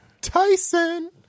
Tyson